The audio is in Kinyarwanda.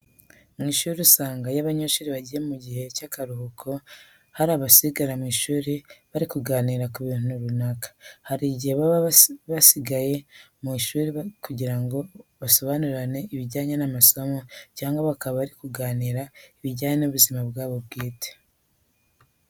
Mu ishuri usanga iyo abanyeshuri bagiye mu gihe cy'akaruhuko hari abasigara mu ishuri bari kuganira ku bintu runaka. Hari igihe baba basigaye mu ishuri kugira ngo basobanurirane ibijyanye n'amasomo cyangwa bakaba bari kuganira ibijyanye n'ibuzima bwabo bwite.